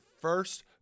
first